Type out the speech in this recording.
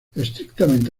estrictamente